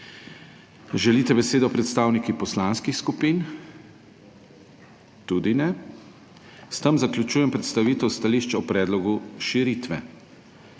Želite besedo predstavniki poslanskih skupin? Tudi ne. S tem zaključujem predstavitev stališč o predlogu širitve.